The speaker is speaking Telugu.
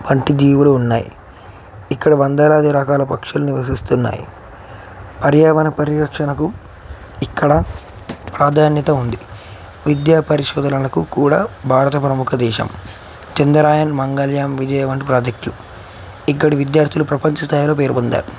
వంటి జీవులు ఉన్నాయి ఇక్కడ వందలాది రకాల పక్షులు నివసిస్తున్నాయి పర్యావరణ పరిరక్షణకు ఇక్కడ ప్రాధాన్యత ఉంది విద్యా పరిశోధలకు కూడా భారత ప్రముఖ దేశం చంద్రాయన్ మంగళ్యాన్ విజయ వంటి ప్రాజెక్ట్లు ఇక్కడ విద్యార్థులు ప్రపంచ స్థాయిలో పేరు పొందారు